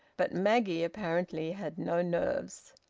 but maggie apparently had no nerves.